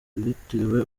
byitiriwe